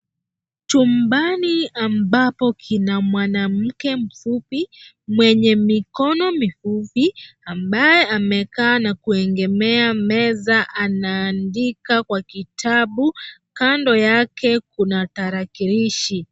Chumbani ambapo kina mwanamke mfupi mwenye mikono mifupi ambaye amekaa na kuegemea meza anaandika kwa kitabu. Kando yake kuna tarakilishi.